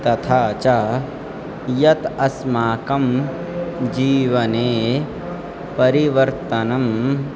तथा च यत् अस्माकं जीवने परिवर्तनम्